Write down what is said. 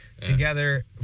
together